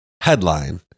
headline